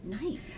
Nice